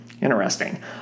Interesting